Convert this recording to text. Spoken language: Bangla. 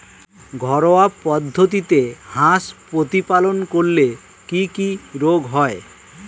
ঘরোয়া পদ্ধতিতে হাঁস প্রতিপালন করলে কি কি রোগ হয়?